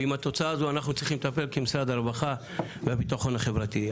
ועם התוצאה הזו אנחנו צריכים לטפל כמשרד הרווחה והביטחון החברתי.